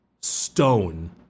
stone